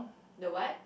the what